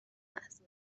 است